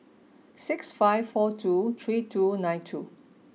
six five four two three two nine two